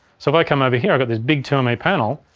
so if i come over here i've got this big two m e panel,